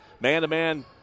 man-to-man